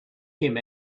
him